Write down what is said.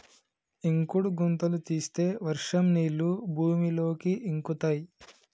ఇంకుడు గుంతలు తీస్తే వర్షం నీళ్లు భూమిలోకి ఇంకుతయ్